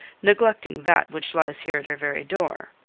neglecting that which lies here at our very door.